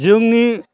जोंनि